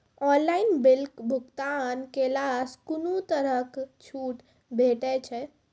Online बिलक भुगतान केलासॅ कुनू तरहक छूट भेटै छै?